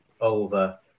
over